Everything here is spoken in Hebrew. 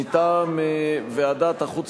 מטעם ועדת החוץ